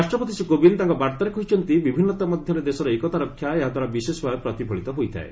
ରାଷ୍ଟ୍ରପତି ଶ୍ରୀ କୋବିନ୍ଦ୍ ତାଙ୍କ ବାର୍ତ୍ତାରେ କହିଛନ୍ତି ବିଭିନ୍ନତା ମଧ୍ୟରେ ଦେଶର ଏକତା ରକ୍ଷା ଏହାଦ୍ୱାରା ବିଶେଷଭାବେ ପ୍ରତିଫଳିତ ହୋଇଥାଏ